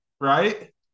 right